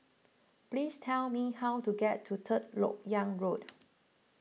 please tell me how to get to Third Lok Yang Road